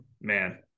man